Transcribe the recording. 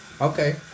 Okay